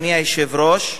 אדוני היושב-ראש,